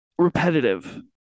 Repetitive